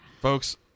folks